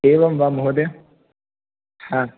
एवं वा महोदय